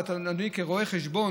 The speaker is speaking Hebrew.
ואתה כרואה חשבון,